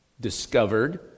discovered